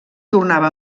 tornava